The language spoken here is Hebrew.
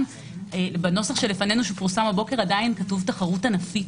בנוסח שלפנינו שפורסם הבוקר כתוב עדיין תחרות ענפית.